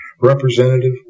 Representative